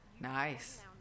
Nice